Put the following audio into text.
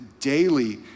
daily